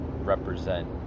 represent